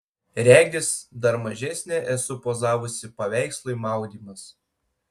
regis dar mažesnė esu pozavusi paveikslui maudymas